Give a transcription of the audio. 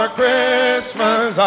Christmas